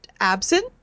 absent